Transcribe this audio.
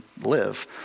live